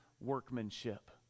workmanship